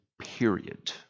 period